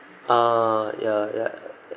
ah yeah yeah